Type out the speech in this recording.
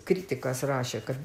kritikas rašė kad